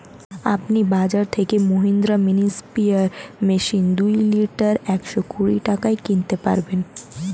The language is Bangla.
আপনি বাজর থেকে মহিন্দ্রা মিনি স্প্রেয়ার মেশিন দুই লিটার একশো কুড়ি টাকায় কিনতে পারবেন